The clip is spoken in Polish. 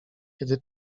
kiedy